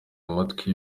amatwi